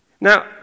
now